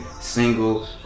single